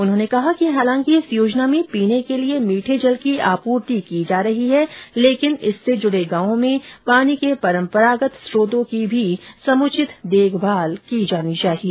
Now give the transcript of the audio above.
उन्होंने कहा कि हालांकि इस योजना में पीने के लिए मीठे जल की आपूर्ति की जा रही है लेकिन इससे जुड़े गांवों में पानी के परम्परागत स्रोतों की भी समुचित देखभाल की जानी चाहिए